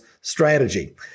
strategy